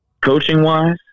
coaching-wise